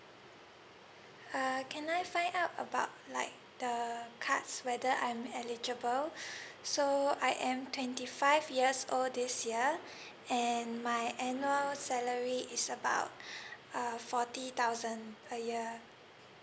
uh can I find out about like the cards whether I'm eligible so I am twenty five years old this year and my annual salary is about uh forty thousand a year